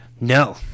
No